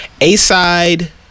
A-Side